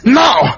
now